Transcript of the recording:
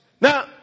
Now